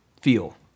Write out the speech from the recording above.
feel